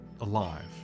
alive